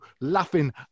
laughing